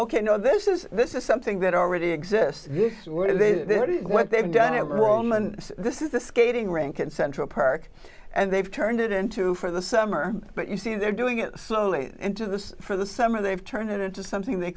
ok no this is this is something that already exists word of what they've done at rome and this is a skating rink in central park and they've turned it into for the summer but you see they're doing it slowly into this for the summer they've turned it into something they